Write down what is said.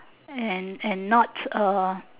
and and not uh